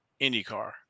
IndyCar